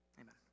amen